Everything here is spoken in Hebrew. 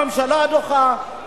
הממשלה דוחה,